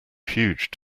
huge